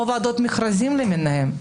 או ועדות מכרזים למיניהן,